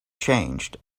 changed